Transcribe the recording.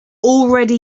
already